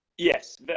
Yes